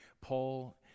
Paul